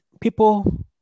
people